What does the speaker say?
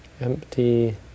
Empty